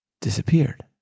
disappeared